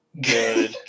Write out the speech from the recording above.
good